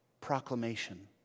proclamation